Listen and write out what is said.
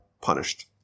punished